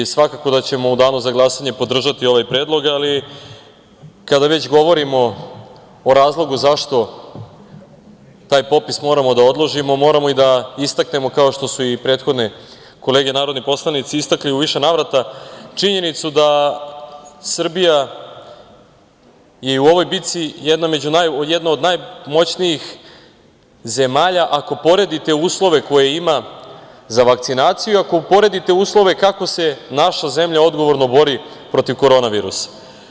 Svakako da ćemo u danu za glasanje podržati ovaj predlog, ali kada već govorimo o razlogu zašto taj popis moramo da odložimo, moramo da istaknemo, kao što su i prethodne kolege narodni poslanici istakli u više navrata, činjenicu da je Srbija i u ovoj bici jedna od najmoćnijih zemalja, ako poredite uslove koje ima za vakcinaciju, ako poredite uslove kako se naša zemlja odgovorno bori protiv korona virusa.